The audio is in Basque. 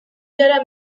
gara